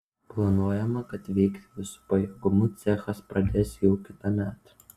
planuojama kad veikti visu pajėgumu cechas pradės jau kitąmet